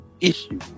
issue